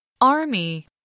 Army